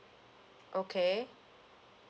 okay